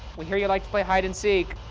we hear you like to play hide and seek.